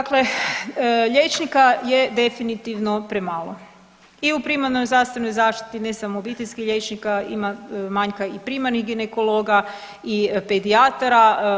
Dakle, liječnika je definitivno premalo i u primarnoj zdravstvenoj zaštiti, ne samo obiteljskih liječnika ima manjka i primarnih ginekologa i pedijatara.